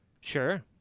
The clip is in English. Sure